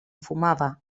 fumava